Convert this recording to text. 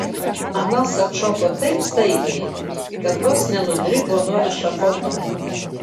anas atšoko taip staigiai kad vos nenudribo nuo ešafoto